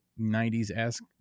90s-esque